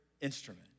instrument